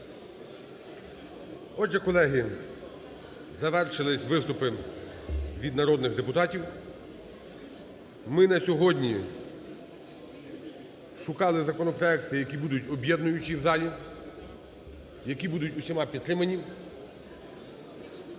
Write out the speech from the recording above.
Отже, колеги, завершились виступи від народних депутатів. Ми на сьогодні шукали законопроекти, які будуть об'єднуючі в залі, які будуть усіма підтримані.